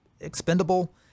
expendable